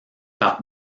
par